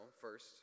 first